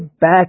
back